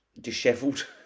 dishevelled